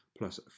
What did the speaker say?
plus